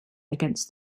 against